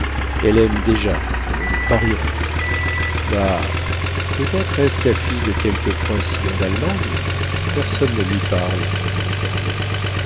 elle aime déjà je le parierais bah peut-être est-ce la fille de quelque princillon d'allemagne personne ne lui parle dit montcornet